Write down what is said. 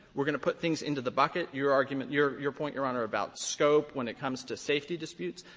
we're going to put things into the bucket, your argument your your point, your honor, about scope when it comes to safety disputes.